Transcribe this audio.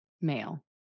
male